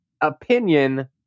opinion